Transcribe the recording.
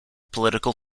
political